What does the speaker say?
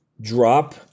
drop